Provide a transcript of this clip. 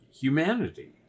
humanity